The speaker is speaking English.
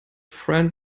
friend